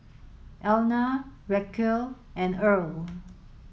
Elna Racquel and Earl